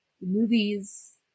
movies